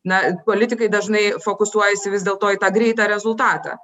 na politikai dažnai fokusuojasi vis dėlto į tą greitą rezultatą